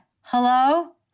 hello